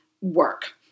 work